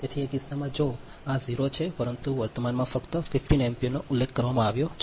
તેથી તે કિસ્સામાં જો આ 0 છે પરંતુ વર્તમાનમાં ફક્ત 15 એમ્પીયરનો ઉલ્લેખ કરવામાં આવ્યો છે